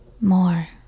more